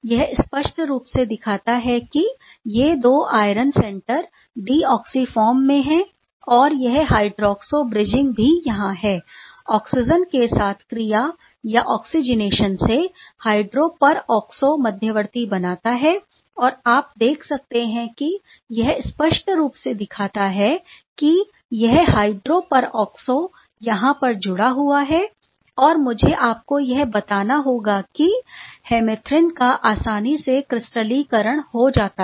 यह स्पष्ट रूप से दिखाता है कि ये दो आयरन सेंटर डीऑक्सी फॉर्म में है और यह हाइड्रॉक्सो ब्रिजिंग भी यहां हैं ऑक्सीजन के साथ क्रिया या ऑक्सिजनेशन से हाइड्रो पर ऑक्सो मध्यवर्ती बनाता है और आप देख सकते हैं यह स्पष्ट रूप से दिखाता है कि यह हाइड्रो पर ऑक्सो यहां पर जुड़ा हुआ है और मुझे आपको यह बताना होगा की हेमिथ्रिन का आसानी से क्रिस्टलीकरण हो जाता है